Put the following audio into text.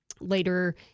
later